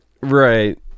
right